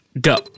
Go